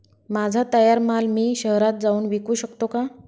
माझा तयार माल मी शहरात जाऊन विकू शकतो का?